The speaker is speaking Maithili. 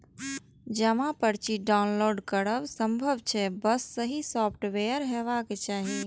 जमा पर्ची डॉउनलोड करब संभव छै, बस सही सॉफ्टवेयर हेबाक चाही